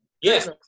Yes